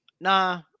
nah